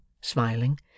smiling